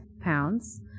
pounds